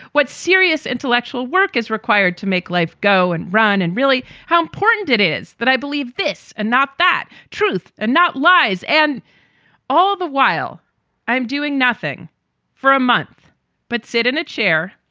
what's serious intellectual work is required to make life go and run. and really how important it is that i believe this and not that truth and not lies. and all the while i'm doing nothing for a month but sit in a chair.